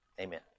Amen